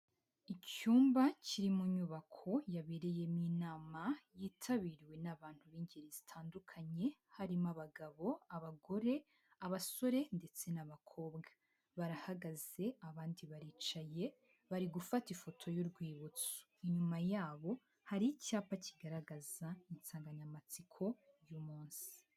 Icyumba kiri mu nyubako yabereyemo inama yitabiriwe n'abantu b'ingeri zitandukanye, harimo abagabo, abagore, abasore ndetse n'abakobwa, barahagaze abandi baricaye bari gufata ifoto y'urwibutso, inyuma yabo hari icyapa kigaragaza insanganyamatsiko y'umunsi.